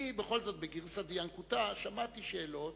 אני בכל זאת, בגרסא דינקותא, שמעתי שאלות